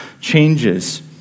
changes